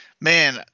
Man